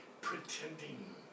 pretending